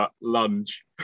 lunge